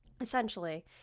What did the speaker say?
essentially